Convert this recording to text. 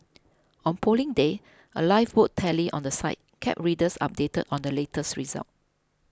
on Polling Day a live vote tally on the site kept readers updated on the latest results